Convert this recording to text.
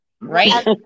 Right